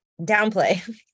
downplay